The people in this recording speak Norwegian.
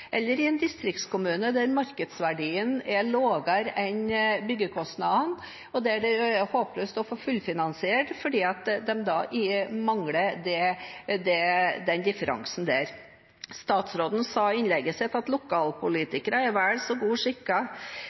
Eller det kan være i en distriktskommune der markedsverdien er lavere enn byggekostnadene, og der det er håpløst å få det fullfinansiert fordi de mangler den differansen. Statsråden sa i innlegget sitt at lokalpolitikere er vel så